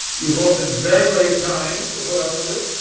you've all been very, very kind to put up with us!